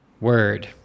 word